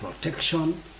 protection